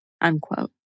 unquote